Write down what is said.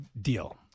Deal